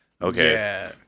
Okay